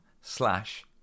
slash